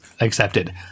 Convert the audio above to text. accepted